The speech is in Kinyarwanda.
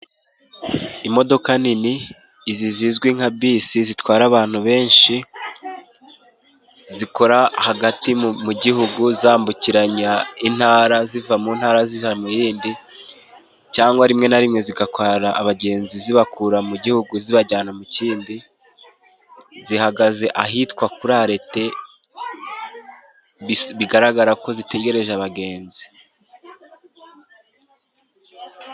Imodoka nini izi zizwi nka bisi zitwara abantu benshi zikora hagati mu gihugu zambukiranya intara, ziva mu ntara zijya mu yindi, cangwa rimwe na rimwe zigakwara abagenzi zibakura mu gihugu zibajyana mu kindi, zihagaze ahitwa kuri Arete, bigaragara ko zitegereje abagenzi.